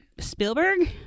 spielberg